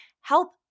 help